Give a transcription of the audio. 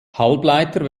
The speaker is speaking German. halbleiter